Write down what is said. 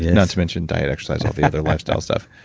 not to mention diet exercise, all the other lifestyle stuff.